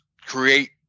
create